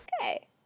Okay